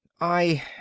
I